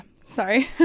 sorry